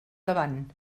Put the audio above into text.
davant